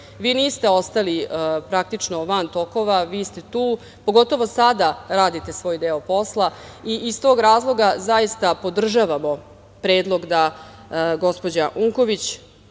Vi niste ostali praktično van tokova, vi ste tu, pogotovo sada radite svoj deo posla, i iz tog razloga zaista podržavamo predlog da gospođa Unković